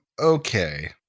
Okay